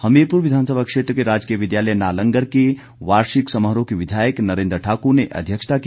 हमीरपुर विधानसभा क्षेत्र के राजकीय विद्यालय नालंगर के वार्षिक समारोह की विधायक नरेन्द्र ठाकुर ने अध्यक्षता की